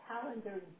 calendar